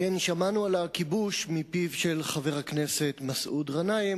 שמענו על הכיבוש מפיו של חבר הכנסת מסעוד גנאים,